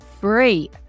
free